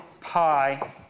pi